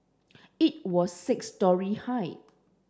it was six storey high